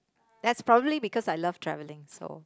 that's probably because I love travelling so